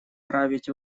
править